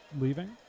leaving